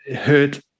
hurt